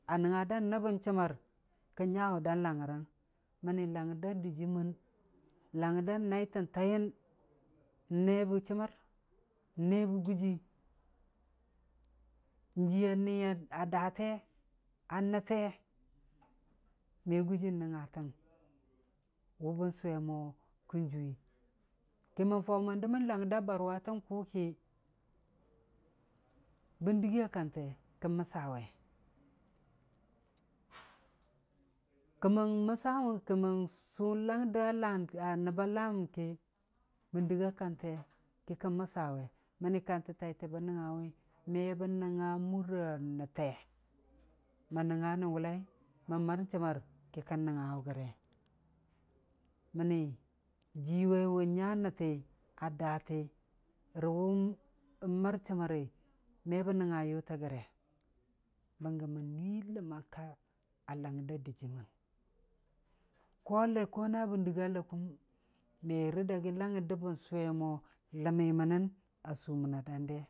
A nəngnga da nəbbən chəmmən kən nyawʊ dan langngərəng mənni langngər da dɨjiimən, langngər da naai tən taai yən n'ne bə chəmmər, n'ne be gujii, n'jiiya niya date, a natin me gujii nəngngatən, wʊ bən sʊwe mo kən juwii, ki mən far mo mən dəmən langngər da barwatən kʊ ki, bən dɨgiiya kante kən məssa we, kəmən məssa we, kəmən massawu ka man sʊ langngar da laan a nəbba laamən ke, bən dɨga kante ki kən məssawe, məni kantə taitə bən nəngnga wi, me bən nəngnga mur nətte, mən nənnga nən wʊllai, mən mər chəmmər ki kən nənnga wʊ gəre, mənni jii wai wʊn nya nətti, a daati rə wʊn mər chəmməri, me bən nəngnga yʊtə gəre, bənggə mən nuii ləmmang ka langngər da dɨjiimən, ko le ko na bən dɨga ləkən merə dagi langngər də bən sʊwe mo ləmmi mənən a suməna dan de.